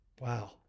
Wow